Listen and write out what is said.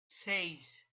seis